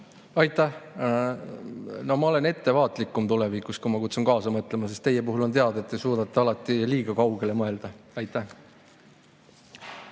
Aitäh! No ma olen tulevikus ettevaatlikum, kui ma kutsun kaasa mõtlema, sest teie puhul on teada, et te suudate alati liiga kaugele mõelda. Aitäh!